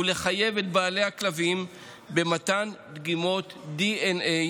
ולחייב את בעלי הכלבים במתן דגימות דנ"א